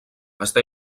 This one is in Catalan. està